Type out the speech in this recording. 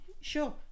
Sure